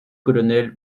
colonel